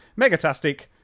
Megatastic